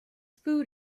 food